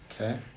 Okay